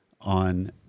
on